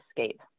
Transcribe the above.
escape